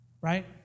Right